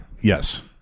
Yes